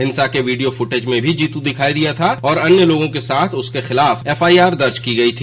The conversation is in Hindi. हिंसा के वीडियो फुटेज में जीतू दिखाई दिया और अन्य लोगों के साथ उसके खिलाफ एफ आई आर दर्ज की गई है